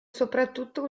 soprattutto